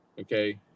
okay